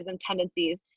tendencies